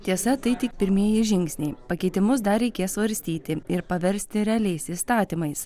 tiesa tai tik pirmieji žingsniai pakeitimus dar reikės svarstyti ir paversti realiais įstatymais